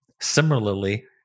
Similarly